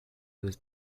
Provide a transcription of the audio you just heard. was